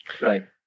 right